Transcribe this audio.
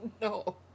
No